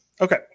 Okay